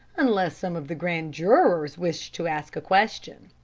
unless some of the grand jurors wish to ask a question.